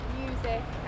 music